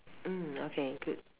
mm okay good